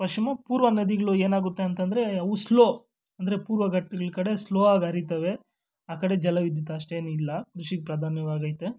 ಪಶ್ಚಿಮ ಪೂರ್ವ ನದಿಗಳು ಏನಾಗುತ್ತೆ ಅಂತಂದರೆ ಅವು ಸ್ಲೋ ಅಂದರೆ ಪೂರ್ವ ಗಟ್ಟಗ್ಳ ಕಡೆ ಸ್ಲೋ ಆಗಿ ಹರೀತವೆ ಆ ಕಡೆ ಜಲವಿದ್ಯುತ್ ಅಷ್ಟೇನು ಇಲ್ಲ ಕೃಷಿ ಪ್ರಧಾನವಾಗೈತೆ